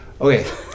Okay